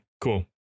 cool